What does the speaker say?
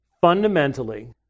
fundamentally